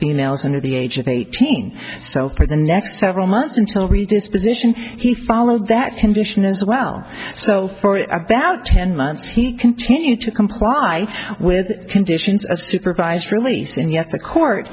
females under the age of eighteen so for the next several months until read this position he followed that condition as well so for about ten months he continued to comply with the conditions of supervised release and yet the court